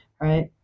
Right